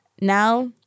Now